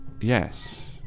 Yes